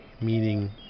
meaning